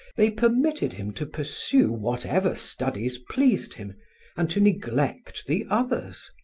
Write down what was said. they permitted him to pursue whatever studies pleased him and to neglect the others,